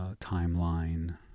timeline